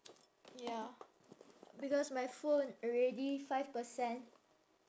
ya because my phone already five percent